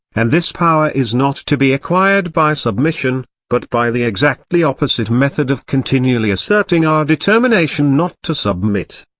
and this power is not to be acquired by submission, but by the exactly opposite method of continually asserting our determination not to submit.